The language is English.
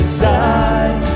side